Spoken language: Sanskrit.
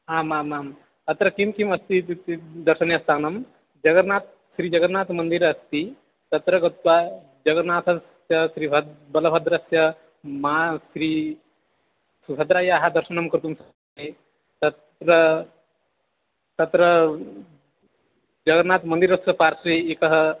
आमामाम् अत्र किं किम् अस्ति इत्युक्ते दर्शनीयस्थानं जगन्नाथः श्रीजगन्नाथमन्दिरम् अस्ति तत्र गत्वा जगन्नाथस्य श्रीभद्रा श्रीबलभद्रस्य माद्री सुभद्रायाः दर्शनं कर्तुं तत्र तत्र जगन्नाथमन्दिरस्य पार्श्वे एका